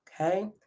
Okay